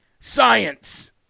science